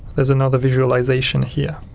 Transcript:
there's another visualisation here